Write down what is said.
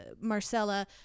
Marcella